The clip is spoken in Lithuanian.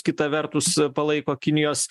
kita vertus palaiko kinijos